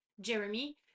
Jeremy